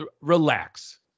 relax